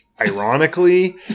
Ironically